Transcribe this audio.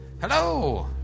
hello